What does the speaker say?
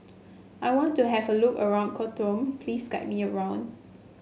I want to have a look around Khartoum please guide me around